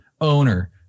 owner